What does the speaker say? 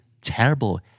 terrible